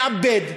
לעבד,